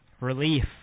Relief